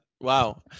wow